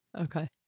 Okay